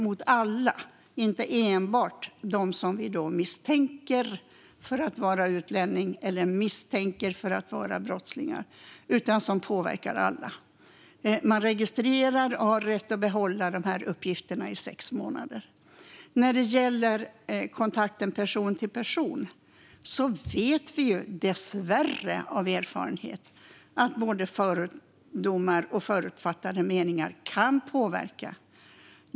Det är inte enbart fråga om dem vi "misstänker" för att vara utlänningar eller brottslingar. Man registrerar och har rätt att behålla uppgifterna i sex månader. När det gäller kontakten person till person vet vi dessvärre av erfarenhet att både fördomar och förutfattade meningar kan påverka.